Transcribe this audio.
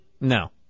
No